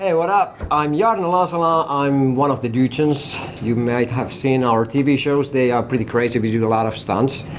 yeah what up? i'm jarno yeah ah and laasala, i'm one of the dudesons. you might have seen our tv shows, they are pretty crazy. we do a lot of stunts.